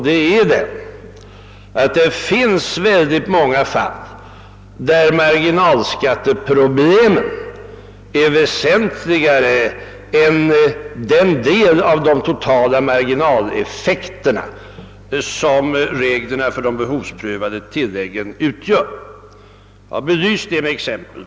Det är den synpunkten, att marginalskatteproblemen i oerhört många fall är mera väsentliga än den del av de totala marginaleffekterna' som reglerna för de behovsprövade :tilläggen' utgör. Jag har också belyst detta med exempel.